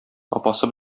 апасы